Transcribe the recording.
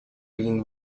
been